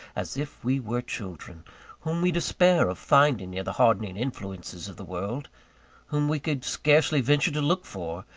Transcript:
as if we were children whom we despair of finding near the hardening influences of the world whom we could scarcely venture to look for,